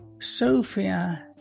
Sophia